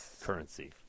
currency